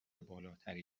بالاتری